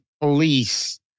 police